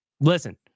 Listen